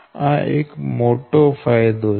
આ એક મોટો ફાયદો છે